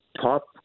top